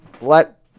let